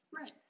Right